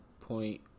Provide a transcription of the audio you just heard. point